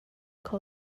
kho